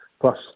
plus